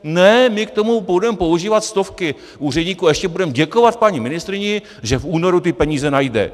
Ne, my k tomu budeme používat stovky úředníků a ještě budeme děkovat paní ministryni, že v únoru ty peníze najde.